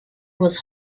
was